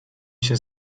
się